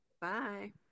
Bye